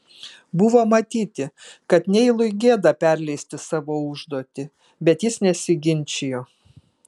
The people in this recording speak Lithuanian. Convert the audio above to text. buvo matyti kad neilui gėda perleisti savo užduotį bet jis nesiginčijo